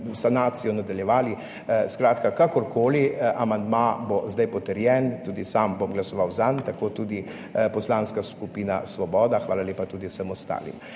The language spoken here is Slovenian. sanacijo nadaljevali. Skratka, kakorkoli, amandma bo zdaj potrjen. Tudi sam bom glasoval zanj, tako tudi Poslanska skupina Svoboda. Hvala lepa tudi vsem ostalim.